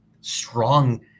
strong